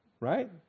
Right